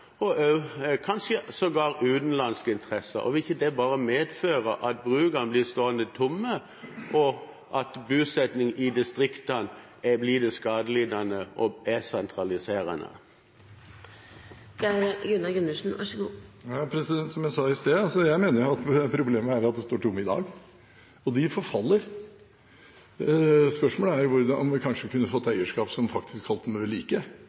interesser og kanskje sågar utenlandske interesser. Vil ikke det bare medføre at brukene blir stående tomme, at bosettingen i distriktene blir skadelidende og det blir sentralisering? Som jeg sa i sted: Jeg mener at problemet er at brukene står tomme i dag. Og de forfaller. Spørsmålet er om vi kanskje kunne fått eiere som faktisk holdt dem ved like,